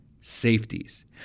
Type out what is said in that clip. safeties